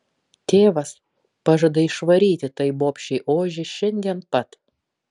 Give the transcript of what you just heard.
tėvas pažada išvaryti tai bobšei ožį šiandien pat